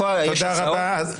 יש הסעות?